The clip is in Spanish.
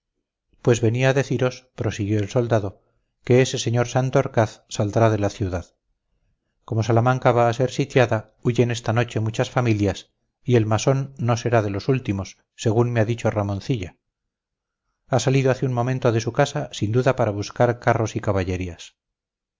pues venía a deciros prosiguió el soldado que ese señor santorcaz saldrá de la ciudad como salamanca va a ser sitiada huyen esta noche muchas familias y el masón no será de los últimos según me ha dicho ramoncilla ha salido hace un momento de su casa sin duda para buscar carros y caballerías